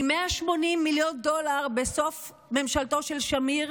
מ-180 מיליון דולר בסוף ממשלתו של שמיר